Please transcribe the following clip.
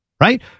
right